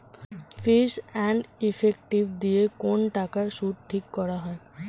fees and effective দিয়ে কোন টাকার সুদ ঠিক করা হয়